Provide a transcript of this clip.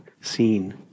seen